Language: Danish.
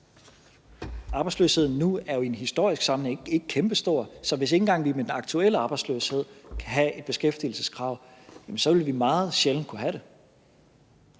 Arbejdsløsheden nu er jo i en historisk sammenhæng ikke kæmpestor, så hvis vi ikke engang med den aktuelle arbejdsløshed kan have et beskæftigelseskrav, vil vi meget sjældent kunne have det.